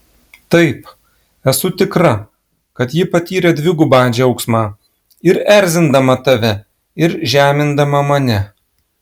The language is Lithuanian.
taip esu tikra kad ji patyrė dvigubą džiaugsmą ir erzindama tave ir žemindama mane